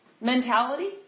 mentality